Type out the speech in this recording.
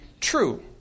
true